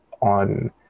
on